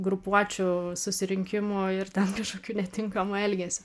grupuočių susirinkimu ir ten kažkokiu netinkamu elgesiu